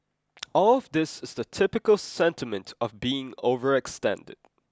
all of this is the typical sentiment of being overextended